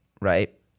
right